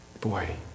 boy